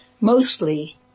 Mostly